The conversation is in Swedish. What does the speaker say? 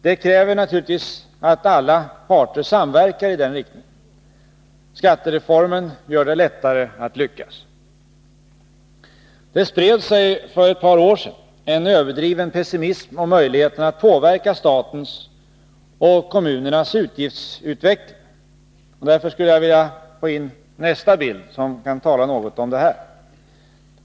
Det kräver naturligtvis att alla parter samverkar i den riktningen. Skattereformen gör det lättare att lyckas. Det spred sig för ett par år sedan en överdriven pessimism om möjligheterna att påverka statens och kommunernas utgiftsutveckling. Därför skulle jag vilja få in nästa bild, som något illustrerar detta.